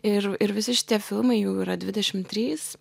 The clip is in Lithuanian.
ir ir visi šitie filmai jų yra dvidešim trys